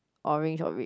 orange or red